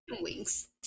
wings